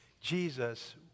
Jesus